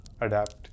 adapt